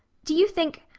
do you think.